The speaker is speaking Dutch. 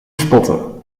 spotten